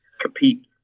compete